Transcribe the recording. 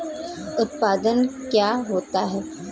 उत्पाद क्या होता है?